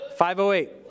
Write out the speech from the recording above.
508